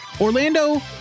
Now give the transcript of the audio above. Orlando